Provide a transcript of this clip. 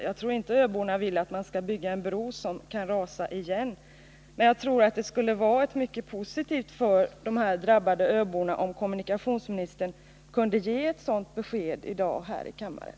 Jag tror inte att öborna vill att man skall bygga en bro som kan rasa på nytt, men jag tror att det skulle vara positivt för de drabbade öborna om kommunikationsministern kunde ge ett sådant besked i dag här i kammaren.